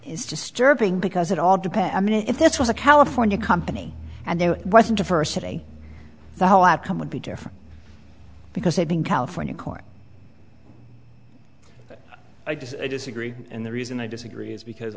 is disturbing because it all depends if this was a california company and there wasn't a first day the whole outcome would be different because they've been california court i just disagree and the reason i disagree is because